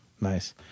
Nice